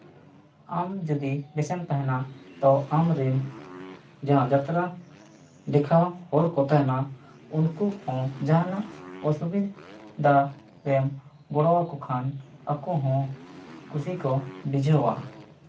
ᱟᱢ ᱡᱩᱫᱤ ᱵᱮᱥᱮᱢ ᱛᱟᱦᱮᱱᱟ ᱛᱚ ᱟᱢᱨᱮᱱ ᱡᱟᱦᱟᱸ ᱡᱟᱛᱨᱟ ᱫᱮᱠᱷᱟᱣ ᱦᱚᱲ ᱠᱚ ᱛᱟᱦᱮᱱᱟ ᱩᱱᱠᱩ ᱦᱚᱸ ᱡᱟᱦᱟᱱᱟᱜ ᱚᱥᱩᱵᱤᱫᱷᱟ ᱨᱮᱢ ᱜᱚᱲᱚ ᱟᱠᱚ ᱠᱷᱟᱱ ᱟᱠᱚ ᱦᱚᱸ ᱠᱩᱥᱤ ᱠᱚ ᱵᱩᱡᱷᱟᱹᱣᱟ